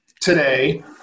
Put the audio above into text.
today